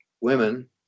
women